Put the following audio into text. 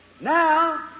Now